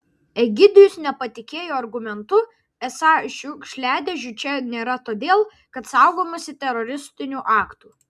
egidijus nepatikėjo argumentu esą šiukšliadėžių čia nėra todėl kad saugomasi teroristinių aktų